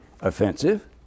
offensive